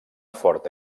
forta